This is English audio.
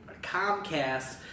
Comcast